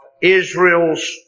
Israel's